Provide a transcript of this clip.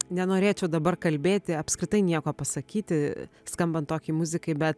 nenorėčiau dabar kalbėti apskritai nieko pasakyti skambant tokiai muzikai bet